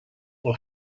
will